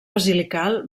basilical